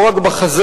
לא רק בחזית,